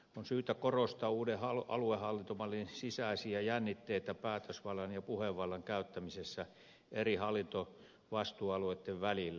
on syytä korostaa uuden aluehallintomallin sisäisiä jännitteitä päätösvallan ja puhevallan käyttämisessä eri hallinnonalojen vastuualueitten välillä